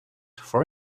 for